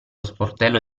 sportello